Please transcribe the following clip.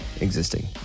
existing